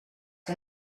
que